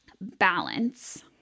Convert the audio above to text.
balance